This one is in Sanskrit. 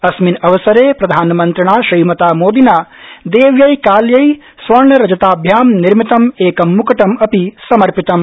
आस्मिन् अवसरे प्रधानमन्त्रिणा श्रीमता मोदिना देव्यै काल्यै स्वर्णरजताभ्यां निर्मितम् एकं म्क्टम् अपि समर्पितम्